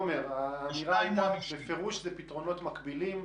האמירה הייתה שזה פתרונות מקבילים.